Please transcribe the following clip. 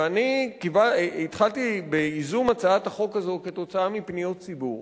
ואני התחלתי בייזום הצעת החוק הזו כתוצאה מפניות ציבור,